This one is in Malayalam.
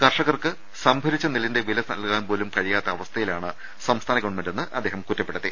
കർഷകർക്ക് സംഭരിച്ച നെല്ലിന്റെ വില നൽകാൻപോലും കഴിയാത്ത അവസ്ഥയിലാണ് സംസ്ഥാന ഗവൺമെന്റെന്ന് അദ്ദേഹം കുറ്റപ്പെടുത്തി